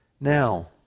Now